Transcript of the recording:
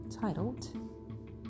titled